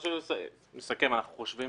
לסיכום, אנחנו חושבים